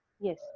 Yes